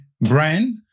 brand